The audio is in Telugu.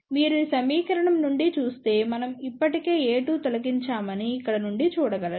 మీరు ఈ సమీకరణం నుండి చూస్తే మనం ఇప్పటికే a2 తొలగించామని ఇక్కడ నుండి చూడగలరు